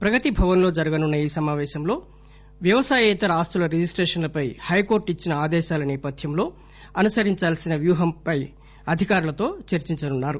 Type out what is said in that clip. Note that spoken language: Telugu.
ప్రగతి భవన్లో జరుగనున్న ఈ సమాపేశంలో వ్యవసాయేతర ఆస్తుల రిజిస్ట్రేషన్లపై హైకోర్టు ఇచ్చిన ఆదేశాల నేపథ్యంలో అనుసరించాల్సిన వ్యూహంపై అధికారులతో చర్చించనున్నారు